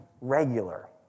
regular